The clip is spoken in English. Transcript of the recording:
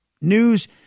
News